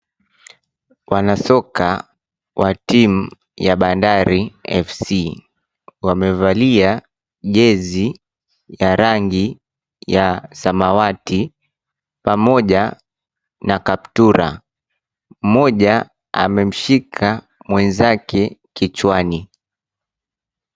Wanasoka watimu ya bandari fc wamevalia jezi ya rangi ya samawati pamoja na kaptura mmoja ameshika mwenzake kichwani.